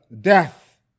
death